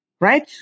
right